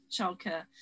childcare